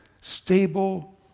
stable